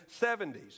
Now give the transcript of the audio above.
70s